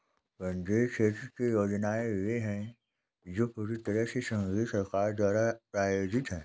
केंद्रीय क्षेत्र की योजनाएं वे है जो पूरी तरह से संघीय सरकार द्वारा प्रायोजित है